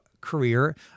career